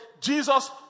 Jesus